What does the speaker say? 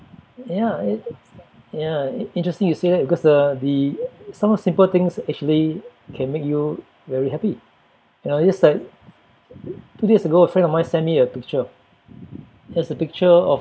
ya it ya in~ interesting you say that because uh the some of the simple things actually can make you very happy you know just like two days ago a friend of mine sent me a picture it was a picture of